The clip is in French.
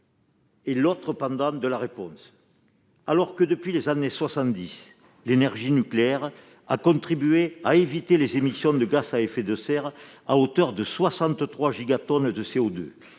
est l'autre pendant de la réponse. Alors que, depuis les années 1970, l'énergie nucléaire a contribué à éviter, à l'échelle mondiale, l'émission de gaz à effet de serre à hauteur de 63 gigatonnes de CO2,